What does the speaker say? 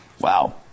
wow